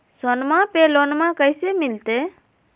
सोनमा पे लोनमा कैसे मिलते?